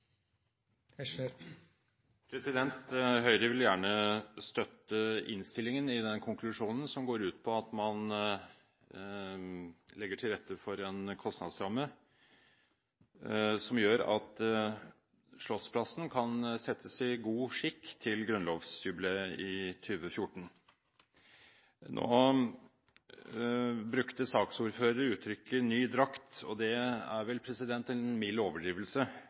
vedtaksforslaget. Høyre vil gjerne støtte innstillingen i den konklusjonen som går ut på at man legger til rette for en kostnadsramme som gjør at Slottsplassen kan settes i god skikk til grunnlovsjubileet i 2014. Nå brukte saksordfører uttrykket «ny drakt», og det er vel en mild overdrivelse.